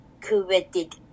created